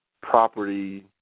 property